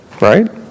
Right